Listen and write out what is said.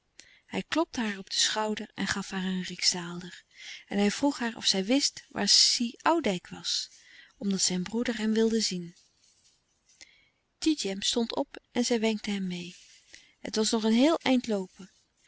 hij klopte haar op den schouder en gaf haar een rijksdaalder en hij vroeg haar of zij wist waar si oudijck was omdat zijn broeder hem wilde zien tidjem stond op en zij wenkte hem meê het was nog een heel eind loopen